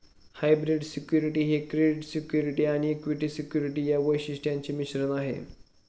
hybrid security ही credit security आणि equity security या वैशिष्ट्यांचे मिश्रण आहे